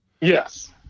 Yes